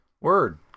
Word